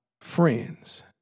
friends